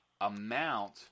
amount